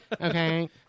Okay